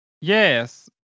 Yes